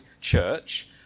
church